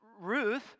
Ruth